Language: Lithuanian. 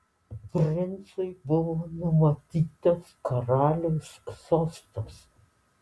princui buvo numatytas karaliaus sostas